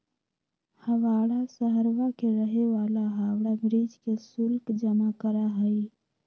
हवाड़ा शहरवा के रहे वाला हावड़ा ब्रिज के शुल्क जमा करा हई